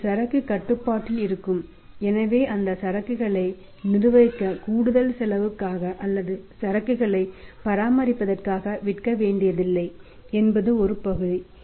எங்கள் சரக்கு கட்டுப்பாட்டில் இருக்கும் எனவே அந்த சரக்குகளை நிர்வகிக்க கூடுதல் செலவுக்காக அல்லது சரக்குகளை பராமரிப்பதற்காக விற்க வேண்டியதில்லை என்பது ஒரு பகுதி